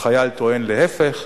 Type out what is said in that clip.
החייל טוען להיפך.